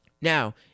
Now